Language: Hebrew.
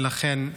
ולכן,